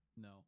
No